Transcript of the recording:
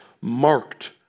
marked